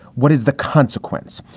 what is the consequence?